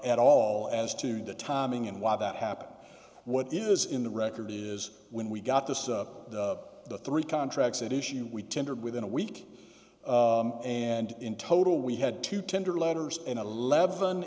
at all as to the timing and why that happened what is in the record is when we got this the three contracts that issue we tendered within a week and in total we had to tender letters in eleven